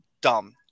dumb